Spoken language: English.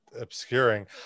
obscuring